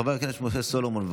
חבר הכנסת משה סולומון,